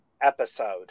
episode